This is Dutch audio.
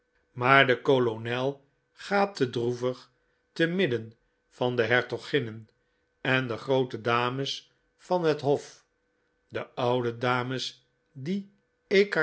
maar de kolonel gaapte droevig te midden van de hertoginnen en groote dames van het hof de oude dames die